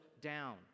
down